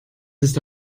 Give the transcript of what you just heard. ist